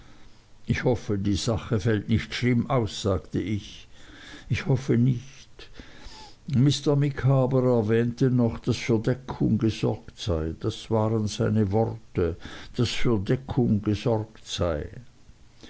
ich hoffe die sache fällt nicht schlimm aus sagte ich ich hoffe nicht mr micawber erwähnte noch daß für deckung gesorgt sei das waren seine worte daß für deckung gesorgt sei